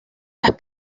las